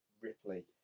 Ripley